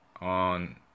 on